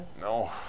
no